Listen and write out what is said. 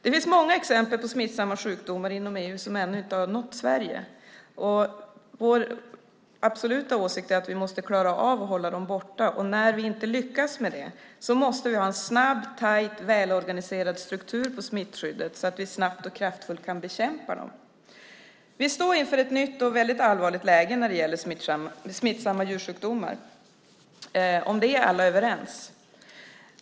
Det finns många exempel på smittsamma sjukdomar inom EU som ännu inte har nått Sverige. Vår absoluta åsikt är att vi måste klara av att hålla dem borta. När vi inte lyckas med det måste vi ha en tajt och välorganiserad struktur på smittskyddet så att vi snabbt och kraftfullt kan bekämpa dem. Vi står inför ett nytt och väldigt allvarligt läge när det gäller smittsamma djursjukdomar. Om det är alla överens.